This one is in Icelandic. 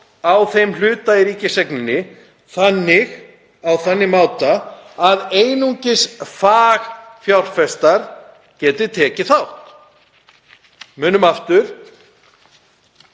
á þeim hluta í ríkiseigninni á þannig máta að einungis fagfjárfestar geti tekið þátt. Munum aftur